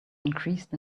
increased